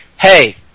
hey